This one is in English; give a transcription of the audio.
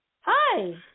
Hi